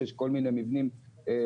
יש כל מיני מבנים שמפריעים,